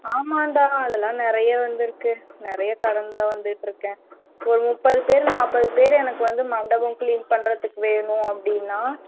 ஆமான்டா அதெல்லாம் நிறைய வந்திருக்கு நிறைய கடன் தான் வந்துட்டிருக்கேன் ஒரு முப்பது பேர் நாற்பது பேர் எனக்கு வந்து மண்டபம் க்ளீன் பண்ணுறத்துக்கு வேணும் அப்படின்னா